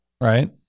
Right